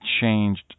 changed